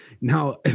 now